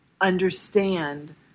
understand